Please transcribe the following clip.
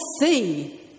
see